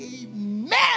Amen